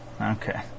Okay